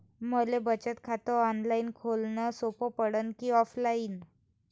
मले बचत खात ऑनलाईन खोलन सोपं पडन की ऑफलाईन?